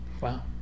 Wow